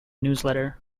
newsletter